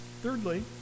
Thirdly